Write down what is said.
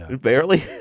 barely